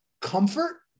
comfort